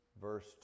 verse